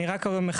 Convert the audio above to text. אני רק מחבר.